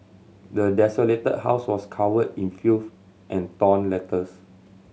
the desolated house was covered in filth and torn letters